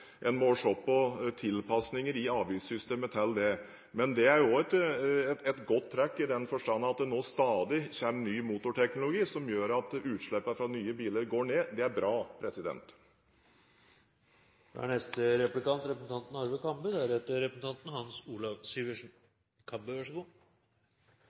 en må se på tilpasninger i avgiftssystemet. Men det er også et godt trekk i den forstand at det nå stadig kommer ny motorteknologi som gjør at utslippene fra nye biler går ned. Det er bra.